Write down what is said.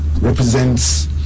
represents